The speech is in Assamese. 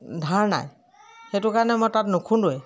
ধাৰ নাই সেইটো কাৰণে মই তাত নুখুন্দোৱেই